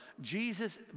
Jesus